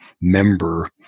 member